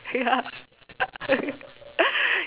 ya